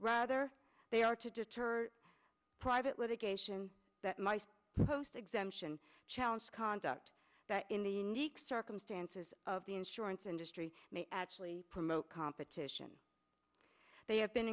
rather they are to deter private litigation that my post exemption challenges conduct that in the unique circumstances of the insurance industry may actually promote competition they have been